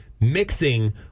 mixing